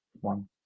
one